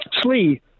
Slee